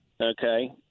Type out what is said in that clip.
Okay